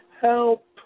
help